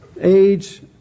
age